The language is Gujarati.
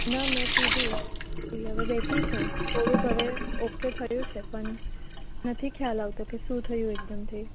ના મેં પીધું એ હવે બેઠી છું થોડુંક હવે ઓકે થયું છે પણ નથી ખ્યાલ આવતો કે શું થયું એકદમથી